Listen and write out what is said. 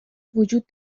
وجود